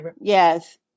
Yes